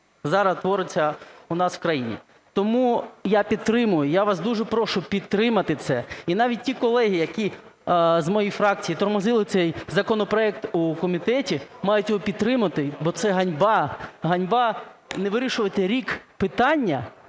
зараз твориться у нас в країні. Тому я підтримую, я вас дуже прошу підтримати це. І навіть ті колеги, які з моєї фракції тормозили цей законопроект у комітеті, мають його підтримати. Бо це ганьба – ганьба не вирішувати рік питання,